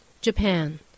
Japan